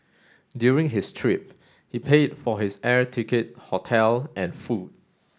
during his trip he paid for his air ticket hotel and food